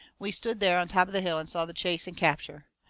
we stood there on top of the hill and saw the chase and capture.